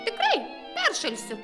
tikrai peršalsiu